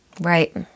Right